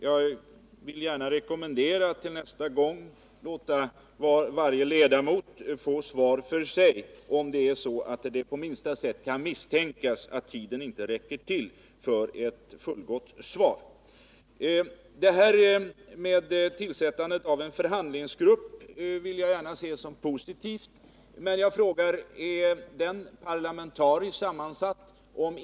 Jag vill gärna rekommendera industriministern att till nästa gång låta varje ledamot få svar för sig, om det på minsta sätt kan misstänkas att tiden annars inte räcker till för ett fullgott svar. Tillsättandet av en förhandlingsgrupp vill jag gärna se som något positivt. Men jag vill fråga: Är den arbetsgruppen parlamentariskt sammansatt?